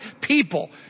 people